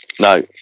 No